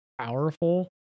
powerful